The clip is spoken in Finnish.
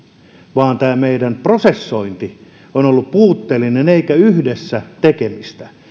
vaan tämä meidän prosessointimme on ollut puutteellista eikä yhdessä tekemistä